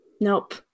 Nope